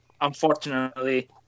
unfortunately